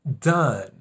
done